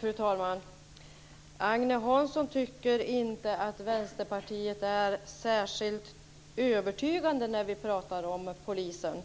Fru talman! Agne Hansson tycker inte att vi i Vänsterpartiet är särskilt övertygande när vi talar om polisen.